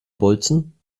bolzen